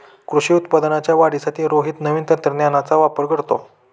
कृषी उत्पादनाच्या वाढीसाठी रोहित नवीन तंत्रज्ञानाचा वापर करतो